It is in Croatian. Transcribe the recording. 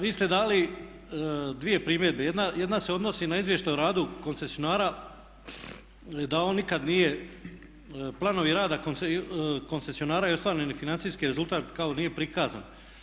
Vi ste dali dvije primjedbe, jedna se odnosi na izvještaj o radu koncesionara da on nikad nije, planovi rada koncesionara i ostvareni financijski rezultat kao nije prikazan.